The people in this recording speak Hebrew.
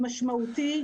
משמעותי,